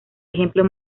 ejemplo